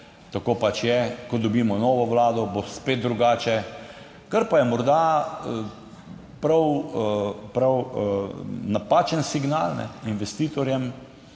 tako pač je, ko dobimo novo vlado, bo spet drugače, kar pa je morda prav, prav napačen signal investitorjem.